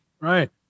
Right